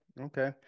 Okay